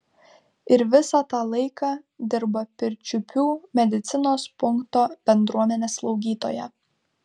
ir visą tą laiką dirba pirčiupių medicinos punkto bendruomenės slaugytoja